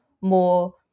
more